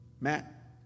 Matt